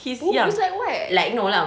booboos like what